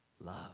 Love